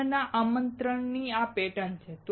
લગ્નના આમંત્રણની આ પૅટર્ન છે